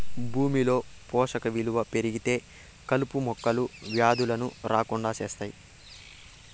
భూమిలో పోషక విలువలు పెరిగితే కలుపు మొక్కలు, వ్యాధులను రాకుండా చేత్తాయి